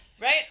Right